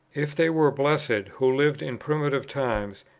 if they were blessed who lived in primitive times,